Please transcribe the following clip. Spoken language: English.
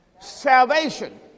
salvation